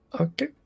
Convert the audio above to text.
Okay